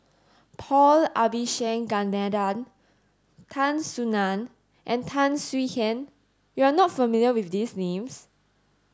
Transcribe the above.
Paul Abisheganaden Tan Soo Nan and Tan Swie Hian you are not familiar with these names